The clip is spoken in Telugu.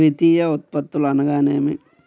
ద్వితీయ ఉత్పత్తులు అనగా నేమి?